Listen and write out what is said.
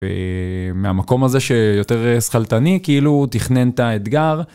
מהמקום הזה שיותר שכלתני כאילו תכנן את האתגר.